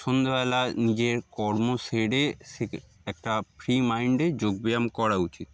সন্ধেবেলা নিজের কর্ম সেরে সে একটা ফ্রি মাইন্ডে যোগব্যায়াম করা উচিত